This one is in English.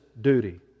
duty